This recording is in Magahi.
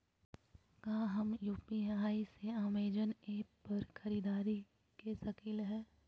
का हम यू.पी.आई से अमेजन ऐप पर खरीदारी के सकली हई?